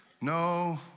No